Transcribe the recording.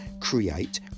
create